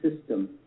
system